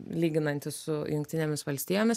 lyginantis su jungtinėmis valstijomis